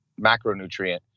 macronutrient